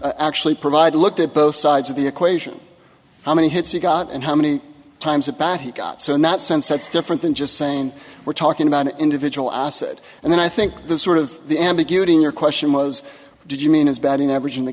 actually provide looked at both sides of the equation how many hits you got and how many times it back he got so in that sense that's different than just saying we're talking about an individual asset and then i think the sort of the ambiguity in your question was did you mean his batting average in the